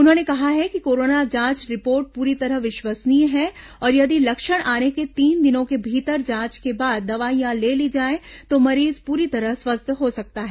उन्होंने कहा है कि कोरोना जांच रिपोर्ट पूरी तरह विश्वसनीय है और यदि लक्षण आने के तीन दिनों के भीतर जांच के बाद दवाईयां ले ली जाएं तो मरीज पूरी तरह स्वस्थ हो सकता है